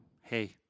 hey